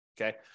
Okay